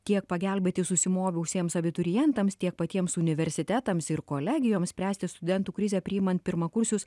tiek pagelbėti susimovusiems abiturientams tiek patiems universitetams ir kolegijoms spręsti studentų krizę priimant pirmakursius